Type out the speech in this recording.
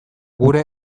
gure